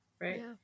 Right